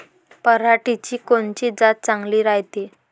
पऱ्हाटीची कोनची जात चांगली रायते?